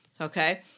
Okay